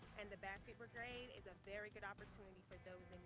and the basket brigade is a very good opportunity for those